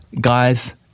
Guys